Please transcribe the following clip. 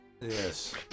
Yes